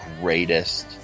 greatest